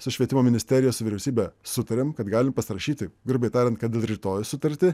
su švietimo ministerija su vyriausybe sutarėm kad galim pasirašyti grubiai tariant kad ir rytoj sutartį